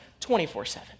24-7